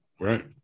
Right